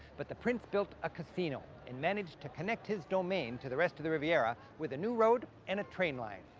but the prince built a casino and managed to connect his domain to the rest of the riviera with a new road and a train line.